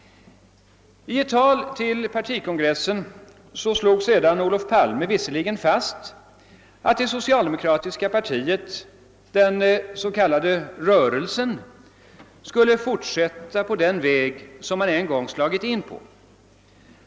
I ett tal på partikongressen fastslog visserligen herr Palme att det socialdemokratiska partiet, den s.k. rörelsen, skulle fortsätta på den väg som man en gång slagit in på.